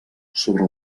sobre